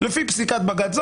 לפי פסיקת בג"ץ,